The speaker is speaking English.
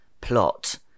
plot